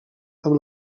amb